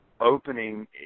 opening